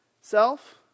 self